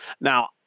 Now